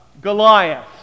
Goliath